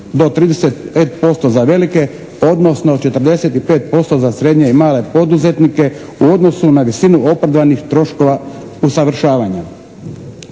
do 35% za velike, odnosno 45% za srednje i male poduzetnike u odnosu na visinu opravdanih troškova usavršavanja.